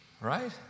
Right